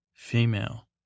Female